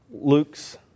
Luke's